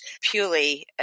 purely